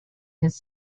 his